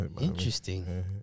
interesting